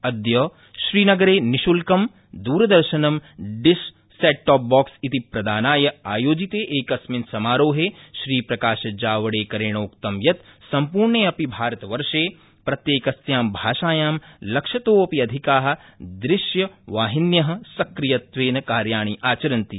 अद्य श्रीनगरे निशुल्कं द्रादर्शनं डिश सेट टॉप बॉक्स क्रि प्रदानाय आयोजिते एकस्मिन् समारोहे श्री प्रकाशजावडेकरेणोक्तं यत् सम्पूणेऽपि भारतवर्षे प्रत्येकस्यां भाषायां सप्रशततोऽपि अधिका दृश्यवाहिन्य सक्रियत्वेन कार्याणि आचरन्ति